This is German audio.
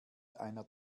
einer